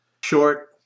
Short